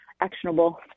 actionable